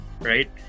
right